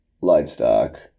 livestock